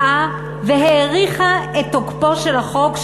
באה והאריכה את תקופת תחילתו של החוק,